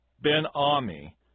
Ben-Ami